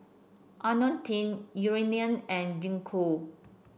IoniL T Eucerin and Gingko